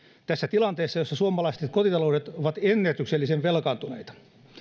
tilanteessa jossa suomalaiset kotitaloudet ovat ennätyksellisen velkaantuneita